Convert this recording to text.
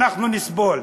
אנחנו נסבול.